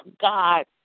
God